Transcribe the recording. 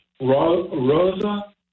Rosa